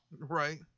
Right